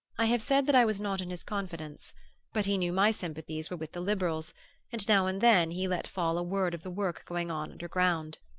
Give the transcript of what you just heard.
i have said that i was not in his confidence but he knew my sympathies were with the liberals and now and then he let fall a word of the work going on underground.